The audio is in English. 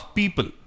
people